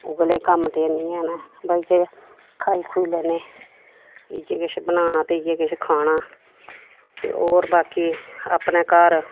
उ'ऐ लै कम्म ते ऐनी हैन बल्कि खाई खूई लैने इ'यै किश बनाना ते इ'यै किश खाना ते होर बाकी अपने घर